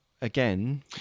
again